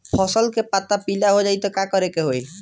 फसल के पत्ता पीला हो जाई त का करेके होई?